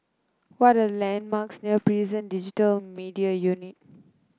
what are the landmarks near Prison Digital Media Unit